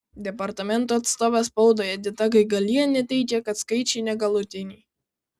departamento atstovė spaudai edita gaigalienė teigia kad skaičiai negalutiniai